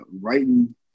writing